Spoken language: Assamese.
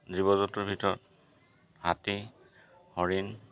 জীৱ জন্তুৰ ভিতৰত হাতী হৰিণ